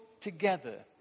together